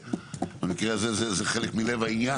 המקרה הזה התקנות הן חלק מלב העניין.